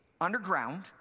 underground